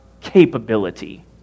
capability